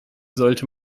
sollte